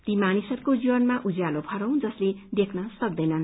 ती मानिसहरूको जीवनमा उज्यालो भरौँ जसले देख्न सक्तैनन्